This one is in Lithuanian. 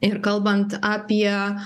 ir kalbant apie